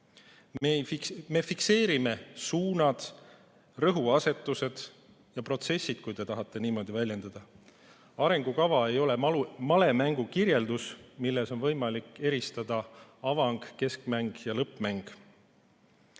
Me fikseerime suunad, rõhuasetused ja protsessid, kui te tahate niimoodi väljenduda. Arengukava ei ole malemängu kirjeldus, milles on võimalik eristada avangut, keskmängu ja lõppmängu.